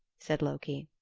said loki.